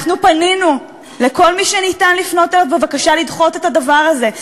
אנחנו פנינו לכל מי שניתן לפנות בבקשה לדחות את הדיון הזה.